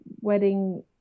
wedding